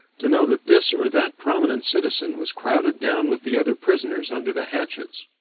to know that this or that prominent citizen was crowded down with the other prisoners under the hatches.